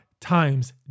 times